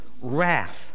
wrath